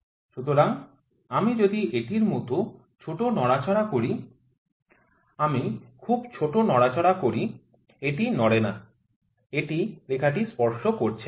সুতরাং আমি যদি এটির মতো ছোট নড়াচড়া করি আমি খুব ছোট নড়াচড়া করি এটি নড়ে না এটি রেখাটি স্পর্শ করছে না